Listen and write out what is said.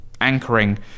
anchoring